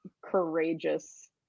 courageous